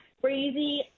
crazy